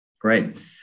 Great